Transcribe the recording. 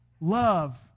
love